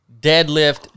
deadlift